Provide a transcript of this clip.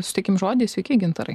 suteikim žodį sveiki gintarai